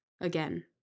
again